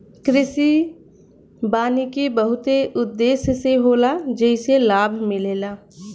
कृषि वानिकी बहुते उद्देश्य से होला जेइसे लाभ मिलेला